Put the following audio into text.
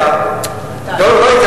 אבל כן, הייתי.